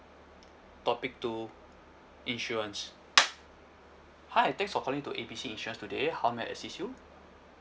topic two insurance hi thanks for calling to A B C insurance today how may I assist you